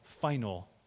final